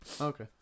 Okay